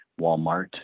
Walmart